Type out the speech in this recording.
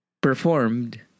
Performed